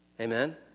Amen